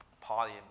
party